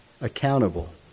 accountable